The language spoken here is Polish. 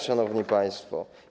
Szanowni państwo!